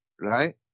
right